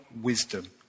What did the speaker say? wisdom